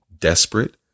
desperate